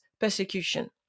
persecution